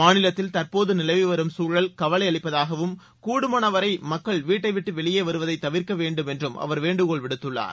மாநிலத்தில் தற்போது நிலவி வரும் சூழல் கவலை அளிப்பதாகவும் கூடுமானவரை மக்கள் வீட்டை விட்டு வெளியே வருவதை தவிர்க்க வேண்டும் என்றும் அவர் வேண்டுகோள் விடுத்துள்ளார்